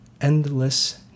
endless